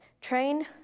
Train